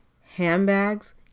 Handbags